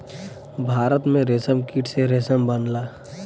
भारत में रेशमकीट से रेशम बनला